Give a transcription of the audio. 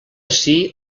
ací